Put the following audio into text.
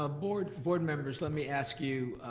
ah board board members, let me ask you.